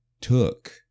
took